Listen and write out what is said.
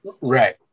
Right